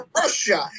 russia